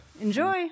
Enjoy